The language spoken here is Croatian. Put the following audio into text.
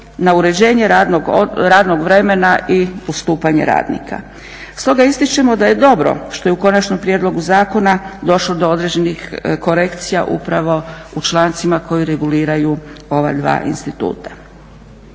na uređenje radnog vremena i ustupanje radnika. Stoga ističemo da je dobro što je u konačnom prijedlogu zakona došlo do određenih korekcija upravo u člancima koji reguliraju ova dva instituta.